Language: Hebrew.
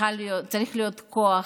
צריכים להיות כוח,